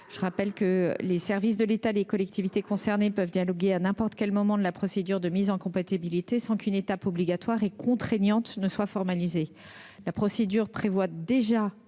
par l'État. Les services de l'État et les collectivités concernées peuvent dialoguer à n'importe quel moment de la procédure de mise en compatibilité sans qu'une étape obligatoire et contraignante soit formalisée.